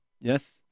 Yes